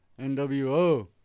nwo